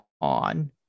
on